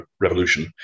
revolution